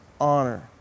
honor